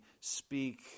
speak